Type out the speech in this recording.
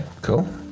cool